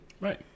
Right